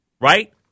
right